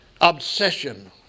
Obsession